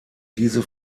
diese